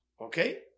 okay